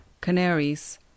Canaries